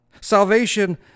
Salvation